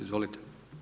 Izvolite.